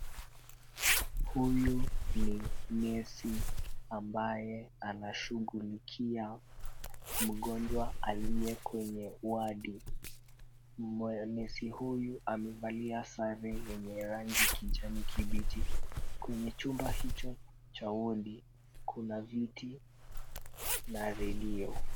Huyu ni nesi ambaye anashughulikia mgonjwa aliye kwenye wadi. Nesi huyu amevalia sare yenye rangi kijani kibichi. Kwenye chumba hicho cha wodi kuna viti na redio.